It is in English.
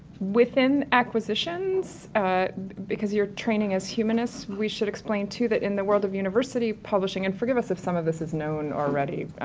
within acquisitions because you're training as humanists we should explain, too, that in the world of university publishing-and forgive us of some of this is known already,